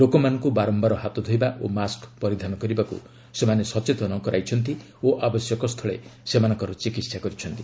ଲୋକମାନଙ୍କୁ ବାରମ୍ଘାର ହାତ ଧୋଇବା ଓ ମାସ୍କ୍ ପରିଧାନ କରିବାକୁ ସେମାନେ ସଚେତନ କରାଇଛନ୍ତି ଓ ଆବଶ୍ୟକ ସ୍ଥୁଳେ ସେମାନଙ୍କର ଚିକିତ୍ସା କରିଛନ୍ତି